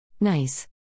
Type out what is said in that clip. Nice